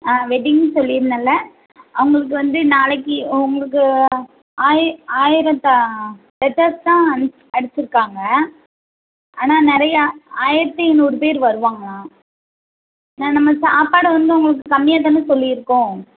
ஆ வெட்டிங்ன்னு சொல்லிருந்தேன்ல அவங்களுக்கு வந்து நாளைக்கு உங்களுக்கு ஆயிரம் தான் லெட்டர்ஸ் தான் அடிச்சிருக்காங்க ஆனால் நிறைய ஆயிரத்தி நூறு பேர் வருவாங்களாம் நம்ம சாப்பாடு வந்து அவங்களுக்கு கம்மியாக தானே சொல்லிருக்கோம்